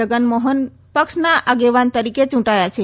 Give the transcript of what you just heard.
જગન મોહનને પક્ષના આગેવાન તરીકે ચૂંટાયા છે